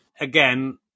again